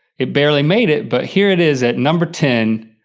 it barely made it, but here it is at number ten,